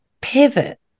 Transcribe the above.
pivot